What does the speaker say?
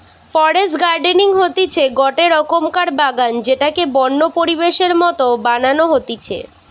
forest gardening হতিছে গটে রকমকার বাগান যেটাকে বন্য পরিবেশের মত বানানো হতিছে